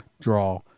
draw